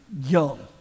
young